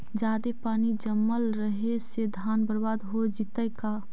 जादे पानी जमल रहे से धान बर्बाद हो जितै का?